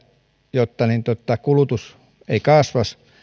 jotta jotta kulutus ei kasvaisi